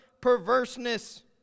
perverseness